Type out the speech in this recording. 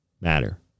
matter